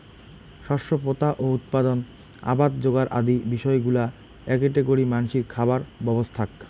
শস্য পোতা ও উৎপাদন, আবাদ যোগার আদি বিষয়গুলা এ্যাকেটে করে মানষির খাবার ব্যবস্থাক